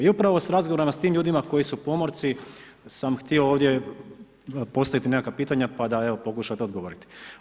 I upravo iz razgovora s tim ljudima koji su pomorci sam htio ovdje postaviti nekakva pitanja pa da pokušate odgovoriti.